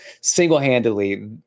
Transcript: single-handedly